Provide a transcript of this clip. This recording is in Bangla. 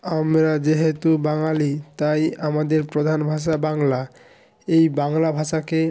আমরা যেহেতু বাঙালি তাই আমাদের প্রধান ভাষা বাংলা এই বাংলা ভাষাকে